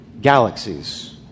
galaxies